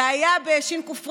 זה היה בשי"ן-קו"ף-רי"ש.